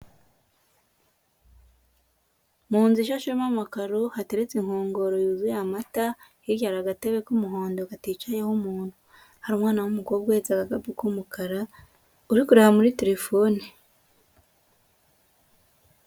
Mu nzu ishashemo amakaro hateretse inkongoro yuzuye amata, hirya hari agatebe k'umuhondo katicayeho umuntu. Hari umwana w'umukobwa uhetse agapu k'umukara uri kureba muri telefone.